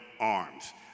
arms